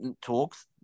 talks